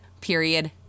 period